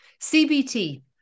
CBT